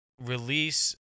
release